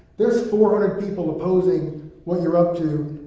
there's four hundred people opposing what you're up to,